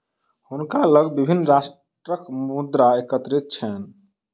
हुनका लग विभिन्न राष्ट्रक मुद्रा एकत्रित छैन